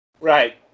Right